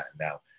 Now